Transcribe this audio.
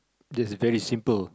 there's a very simple